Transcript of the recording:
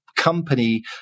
company